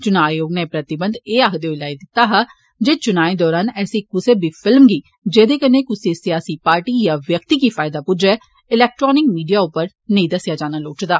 चुना आयोग ने एह् प्रतिबंघ एह् आक्खदे होई लाई दित्ता हा जे चुनाए दौरान ऐसी कुसै बी फिल्म गी जेदे कन्नै कुसै सियासी पार्टी या व्यक्ति गी फायदा पुज्जै इलेक्ट्रिानिक मीडिया उप्पर नेंई दस्सी जानी लोड़चदी